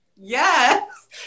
Yes